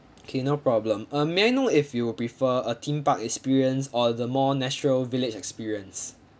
okay no problem um may I know if you prefer a theme park experience or the more natural village experience